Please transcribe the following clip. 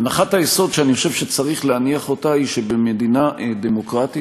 הנחת היסוד שאני חושב שצריך להניח היא שבמדינה דמוקרטית,